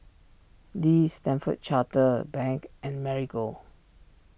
Lee Stanford Chartered Bank and Marigold